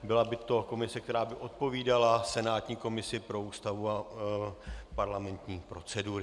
Byla by to komise, která by odpovídala senátní komisi pro Ústavu a parlamentní procedury.